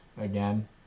again